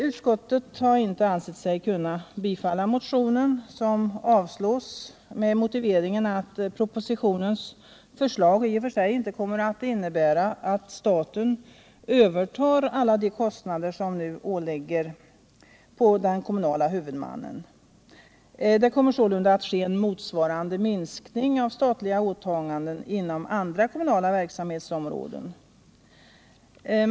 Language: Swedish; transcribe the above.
Utskottet har inte ansett sig kunna biträda motionen, utan den avstyrks med motiveringen att propositionens förslag inte i och för sig innebär att staten övertar alla de kostnader som nu ligger på den kommunale huvudmannen. Det kommer sålunda att ske en motsvarande minskning av statliga åtaganden inom andra kommunala verksamhetsområden.